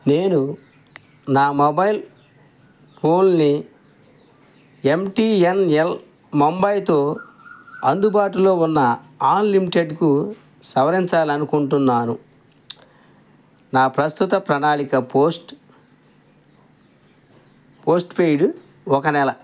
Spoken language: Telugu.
నేను నా మొబైల్ ఫోన్ని ఎమ్ టీ ఎన్ ఎల్ ముంబైతో అందుబాటులో ఉన్న అన్లిమిటెడ్కు సవరించాలి అనుకుంటున్నాను నా ప్రస్తుత ప్రణాళిక పోస్ట్పెయిడ్ ఒక నెల